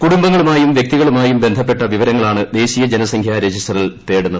കുടുംബങ്ങളുമായും വ്യക്തികളുമായും ബന്ധപ്പെട്ട വിവരങ്ങളാണ് ദേശീയ ജനസംഖ്യാ രജിസ്റ്ററിൽ തേടുന്നത്